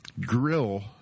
grill